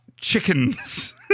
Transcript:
chickens